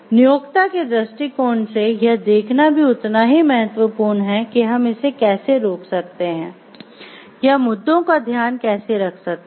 नियोक्ता के दृष्टिकोण से यह देखना भी उतना ही महत्वपूर्ण है कि हम इसे कैसे रोक सकते हैं या मुद्दों का ध्यान कैसे रख सकते हैं